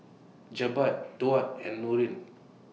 Jebat Daud and Nurin